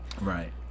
right